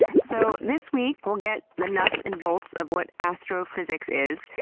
so this week, we'll get the nuts and bolts of what astrophysics is.